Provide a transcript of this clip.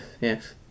Yes